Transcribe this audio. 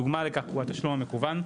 דוגמא לכך היא השתלום המקוון.